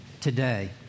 today